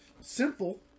simple